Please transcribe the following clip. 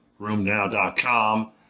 RoomNow.com